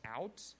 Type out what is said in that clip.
out